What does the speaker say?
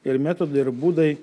ir metodai ir būdai